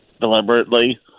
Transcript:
deliberately